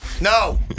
No